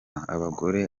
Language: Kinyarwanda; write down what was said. abagore